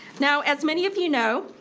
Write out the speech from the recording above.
now as many of you know,